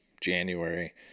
January